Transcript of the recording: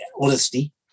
Honesty